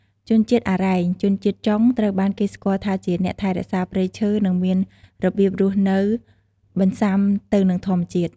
ជនជាតិអារ៉ែង ជនជាតិចុង ត្រូវបានគេស្គាល់ថាជាអ្នកថែរក្សាព្រៃឈើ និងមានរបៀបរស់នៅបន្សាំទៅនឹងធម្មជាតិ។